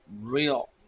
real